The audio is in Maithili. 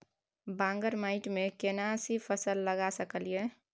बांगर माटी में केना सी फल लगा सकलिए?